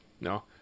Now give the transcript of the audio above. No